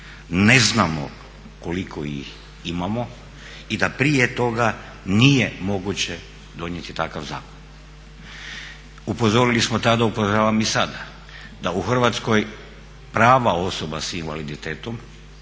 ne znamo koliko ih imamo i da prije toga nije moguće donijeti takav zakon. Upozorili smo tada, upozoravam i sada, da u Hrvatskoj prava osoba s invaliditetom